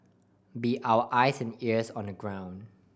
be our eyes and ears on the ground